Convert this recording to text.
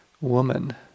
woman